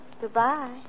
goodbye